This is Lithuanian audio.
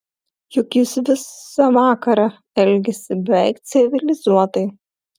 juk jis visą vakarą elgėsi beveik civilizuotai